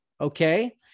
okay